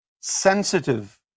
sensitive